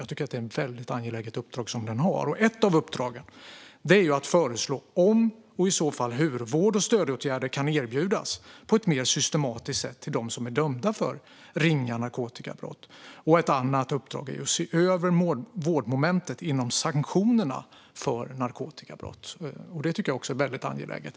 Jag tycker att det är ett väldigt angeläget uppdrag som den har. Ett av uppdragen är att föreslå om och i så fall hur vård och stödåtgärder kan erbjudas på ett mer systematiskt sätt till dem som är dömda för ringa narkotikabrott. Ett annat uppdrag är att se över vårdmomentet inom sanktionerna för narkotikabrott. Det tycker jag också är väldigt angeläget.